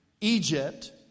Egypt